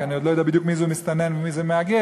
כי אני עוד לא יודע בדיוק מיהו מסתנן ומיהו מהגר.